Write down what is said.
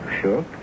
Sure